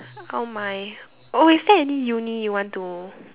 oh my oh is there any uni you want to